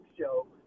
show